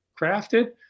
crafted